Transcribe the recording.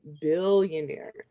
Billionaire